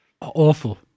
Awful